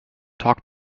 talk